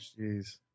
Jeez